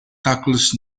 tackles